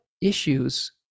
issues